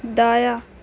دایاں